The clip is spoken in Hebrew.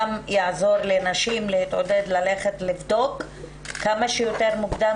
זה גם יעזור לנשים להתעודד ללכת לבדוק כמה שיותר מוקדם,